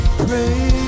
pray